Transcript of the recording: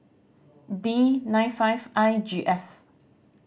D nine five I G F